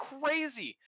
crazy